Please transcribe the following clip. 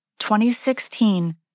2016